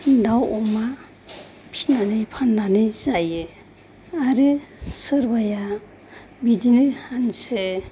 दाव अमा फिसिनानै फाननानै जायो आरो सोरबाया बिदिनो हांसो